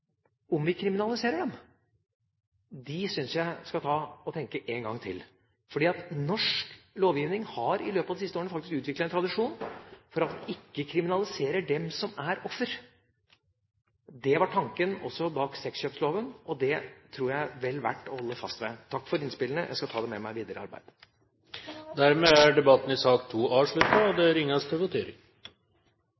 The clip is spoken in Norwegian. om vi kriminaliserer dem, syns jeg skal tenke en gang til. For norsk lovgivning har i løpet av de siste årene faktisk utviklet en tradisjon for ikke å kriminalisere dem som er ofre. Det var også tanken bak sexkjøpsloven. Det tror jeg er vel verdt å holde fast ved. Takk for innspillene! Jeg skal ta dem med meg i det videre arbeidet. Debatten i sak 2 er dermed avsluttet. Da er vi klare til votering. I sak nr. 2 foreligger det